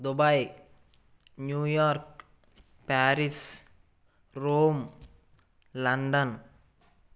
Dubai New York Paris Rome London